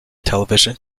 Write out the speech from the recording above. television